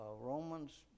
Romans